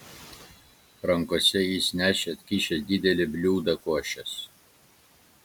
rankose jis nešė atkišęs didelį bliūdą košės